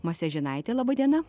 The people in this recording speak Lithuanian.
masiažinaitė laba diena